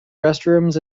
restrooms